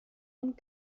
und